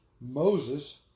Moses